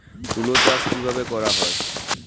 তুলো চাষ কিভাবে করা হয়?